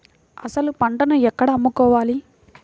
అసలు పంటను ఎక్కడ అమ్ముకోవాలి?